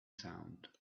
sound